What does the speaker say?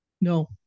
No